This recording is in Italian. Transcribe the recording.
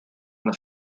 una